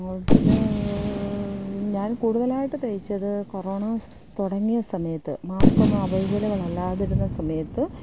പിന്നെ ഞാൻ കൂടുതലായിട്ട് തയ്ച്ചതു കൊറോണാസ് തുടങ്ങിയ സമയത്ത് മാസ്ക്കൊന്നും അവൈലബിൾ അല്ലാതിരുന്ന സമയത്ത്